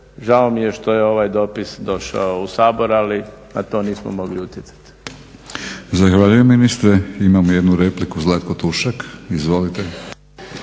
Žao mi je što je ovaj dopis došao u Sabor ali na to nismo mogli utjecat.